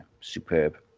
superb